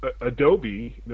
Adobe